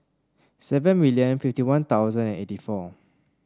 seven million fifty One Thousand eighty four